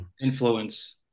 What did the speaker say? influence